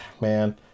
man